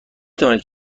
توانید